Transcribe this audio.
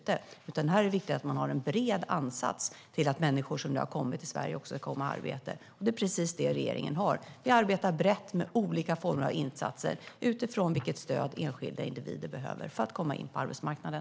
Det är viktigt att ha en bred ansats i att människor som har kommit till Sverige ska komma i arbete. Det är precis det regeringen har. Vi arbetar brett med olika former av insatser utifrån vilket stöd enskilda individer behöver för att komma in på arbetsmarknaden.